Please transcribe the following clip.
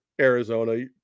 Arizona